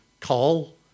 call